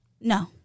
No